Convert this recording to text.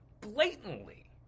blatantly